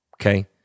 okay